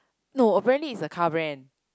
no apparently it's a car brand